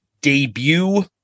Debut